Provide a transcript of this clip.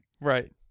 Right